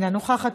אינה נוכחת,